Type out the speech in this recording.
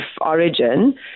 origin